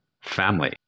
family